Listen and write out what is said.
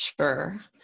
sure